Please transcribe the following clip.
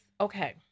Okay